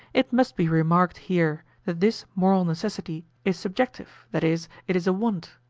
it must be remarked here that this moral necessity is subjective, that is, it is a want,